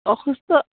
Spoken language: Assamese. অসুস্থ